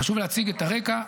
חשוב להציג את הרקע,